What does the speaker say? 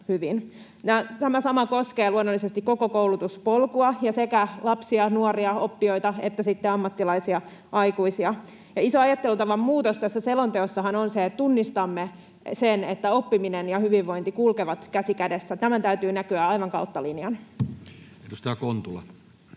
Tämä sama koskee luonnollisesti koko koulutuspolkua ja sekä lapsia, nuoria ja aikuisia oppijoita että sitten ammattilaisia. Iso ajattelutavan muutos tässä selonteossahan on se, että tunnistamme sen, että oppiminen ja hyvinvointi kulkevat käsi kädessä. Tämän täytyy näkyä aivan kautta linjan. Edustaja Kontula.